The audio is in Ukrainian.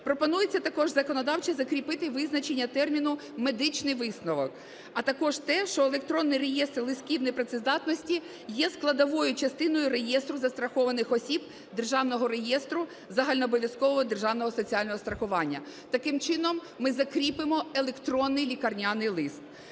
пропонується також законодавчо закріпити визначення терміну "медичний висновок", а також те, що електронний реєстр листків непрацездатності є складовою частиною реєстру застрахованих осіб Державного реєстру загальнообов'язкового державного соціального страхування. Таким чином, ми закріпимо електронний лікарняний лист.